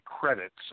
credits